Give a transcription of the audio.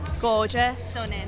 gorgeous